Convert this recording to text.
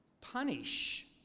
punish